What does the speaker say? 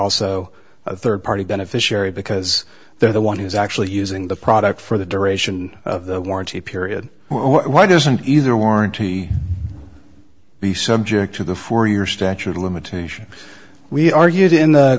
also a third party beneficiary because they're the one who's actually using the product for the duration of the warranty period why doesn't either warranty be subject to the for your statute of limitation we argued in the